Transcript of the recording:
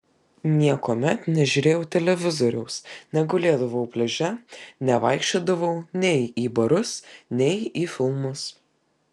niekuomet nežiūrėjau televizoriaus negulėdavau pliaže nevaikščiodavau nei į barus nei į filmus